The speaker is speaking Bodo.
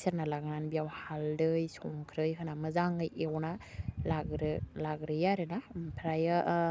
सेरना लांनानै बेयाव हालदै संख्रै होना मोजाङै एवना लाग्रो लाग्रोयो आरोना ओमफ्रायो